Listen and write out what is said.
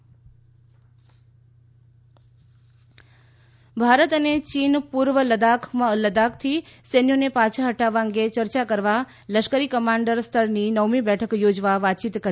ભારત ચીન ભારત અને ચીન પૂર્વ લદાખમાંથી સૈન્યોને પાછા હટાવવા અંગે ચર્ચા કરવા લશ્કરી કમાન્ડર સ્તરની નવમી બેઠક યોજવા વાતચીત કરી રહ્યા છે